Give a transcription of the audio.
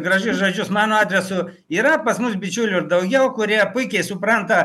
gražius žodžius mano adresu yra pas mus bičiulių ir daugiau kurie puikiai supranta